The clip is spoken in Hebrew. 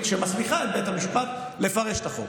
שמסמיכה את בית המשפט לפרש את החוק.